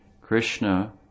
Krishna